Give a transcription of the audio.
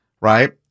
right